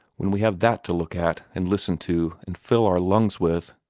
when we have that to look at, and listen to, and fill our lungs with?